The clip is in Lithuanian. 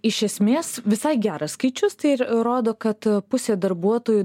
iš esmės visai geras skaičius tai rodo kad pusė darbuotojų